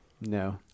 No